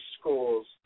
schools